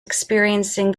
experiencing